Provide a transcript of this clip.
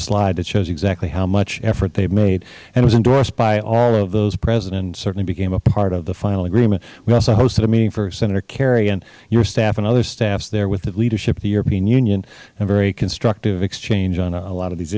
slide that shows exactly how much effort they have made and it was endorsed by all of those present and certainly became a part of the final agreement we also hosted a meeting for senator kerry and your staff and other staffs there with the leadership of the european union in a very constructive exchange on a lot of these